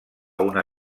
una